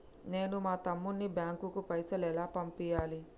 నేను మా తమ్ముని బ్యాంకుకు పైసలు ఎలా పంపియ్యాలి?